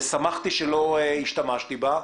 ושמחתי שבאמת לא השתמשתי בה.